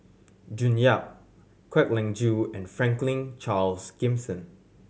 June Yap Kwek Leng Joo and Franklin Charles Gimson